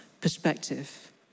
perspective